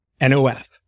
NOF